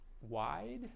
wide